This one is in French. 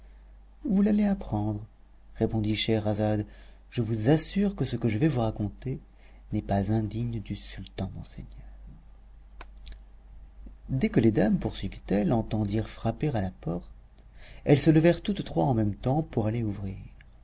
vous l'allez apprendre répondit scheherazade je vous assure que ce que je vais vous raconter n'est pas indigne du sultan mon seigneur dès que les dames poursuivit-elle entendirent frapper à la porte elles se levèrent toutes trois en même temps pour aller ouvrir